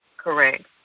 correct